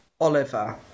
Oliver